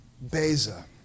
Beza